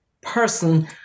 person